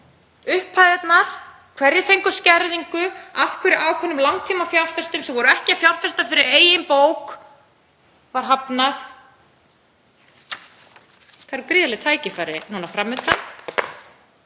upphæðirnar, hverjir fengu skerðingu? Af hverju var ákveðnum langtímafjárfestum sem voru ekki að fjárfesta fyrir eigin bók hafnað? Það eru gríðarleg tækifæri fram undan.